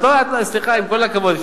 את יודעת, סליחה, עם כל הכבוד.